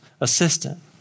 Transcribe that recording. assistant